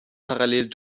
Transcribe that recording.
parallel